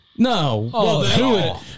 No